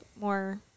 more